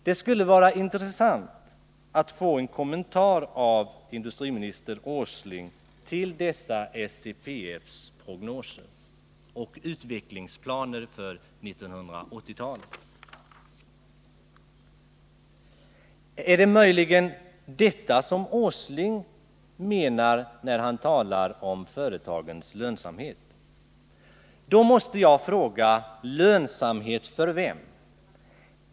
Det skulle vara intressant att få en kommentar av industriminister Åsling till dessa prognoser och utvecklingsplaner för 1980-talet. Är det möjligen detta som herr Åsling menar när han talar om företagens lönsamhet? Då måste jag fråga: Lönsamhet för vem?